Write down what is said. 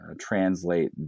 translate